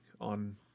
on